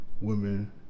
women